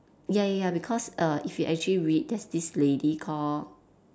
ya ya ya because err if you actually read there's this lady called